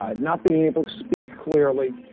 um not being able to speak clearly?